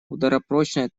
ударопрочная